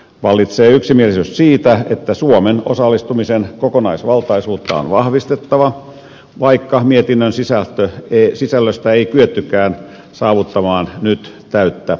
vallitsee yksimielisyys siitä että suomen osallistumisen kokonaisvaltaisuutta on vahvistettava vaikka mietinnön sisällöstä ei kyettykään saavuttamaan nyt täyttä yksimielisyyttä